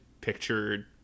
pictured